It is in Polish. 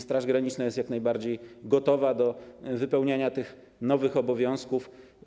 Straż Graniczna jest jak najbardziej gotowa do wypełniania tych nowych obowiązków.